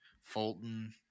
Fulton